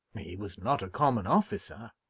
he was not a common officer,